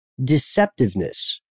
deceptiveness